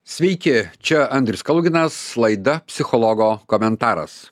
sveiki čia andrius kaluginas laida psichologo komentaras